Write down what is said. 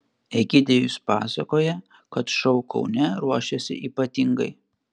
egidijus pasakoja kad šou kaune ruošiasi ypatingai